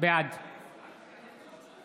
בעד